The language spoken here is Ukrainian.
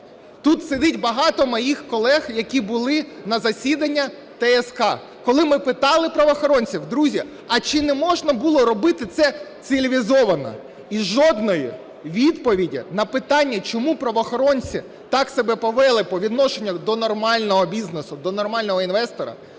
Тут сидить багато моїх колег, які були на засіданні ТСК, коли ми питали правоохоронців: "Друзі, а чи не можна було робити це цивілізовано?". І жодної відповіді на питання, чому правоохоронці так себе повели по відношенню до нормального бізнесу, до нормального інвестора,